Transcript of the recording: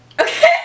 Okay